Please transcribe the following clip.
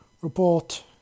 Report